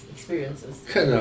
Experiences